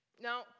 Now